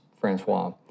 Francois